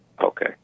Okay